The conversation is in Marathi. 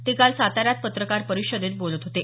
ते काल साताऱ्यात पत्रकार परिषदेत बोलत होते